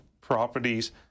properties